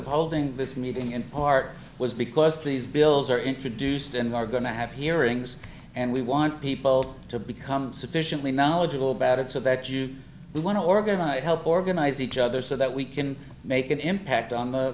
of holding this meeting in part was because these bills are introduced and we are going to have hearings and we want people to become sufficiently knowledgeable about it so that you who want to organize help organize each other so that we can make an impact on the